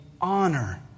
honor